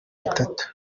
itatu